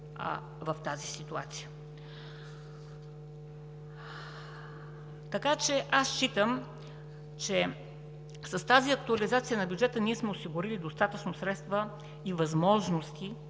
в тази ситуация. Аз считам, че с тази актуализация на бюджета ние сме осигурили достатъчно средства и възможности